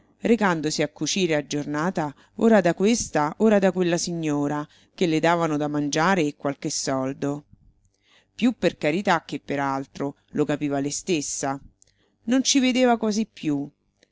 recandosi a cucire a giornata ora da questa ora da quella signora che le davano da mangiare e qualche soldo più per carità che per altro lo capiva lei stessa non ci vedeva quasi più